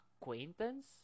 Acquaintance